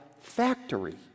factory